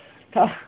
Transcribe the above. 他